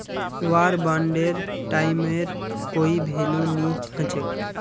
वार बांडेर टाइमेर कोई भेलू नी हछेक